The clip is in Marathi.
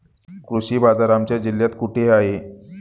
कृषी बाजार आमच्या जिल्ह्यात कुठे आहे?